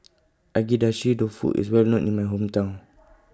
Agedashi Dofu IS Well known in My Hometown